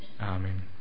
Amen